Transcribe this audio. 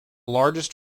largest